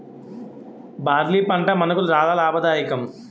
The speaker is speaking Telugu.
బార్లీ పంట మనకు చాలా లాభదాయకం